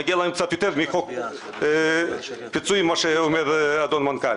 מגיע להם קצת יותר מאשר הקבוע בחוק הפיצויים שעליו דיבר האדון המנכ"ל.